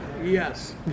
Yes